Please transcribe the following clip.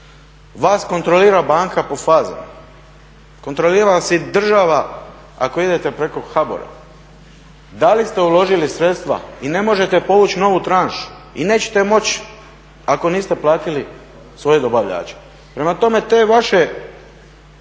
vas kontrolira banka po fazama, kontrolira vas i država ako idete preko HBOR-a, da li ste uložili sredstva i ne možete povući novu tranšu i nećete moći ako niste platili svoje dobavljače. Prema tome, te vaše